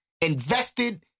invested